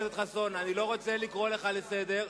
ואני לא רוצה לקרוא אותך לסדר.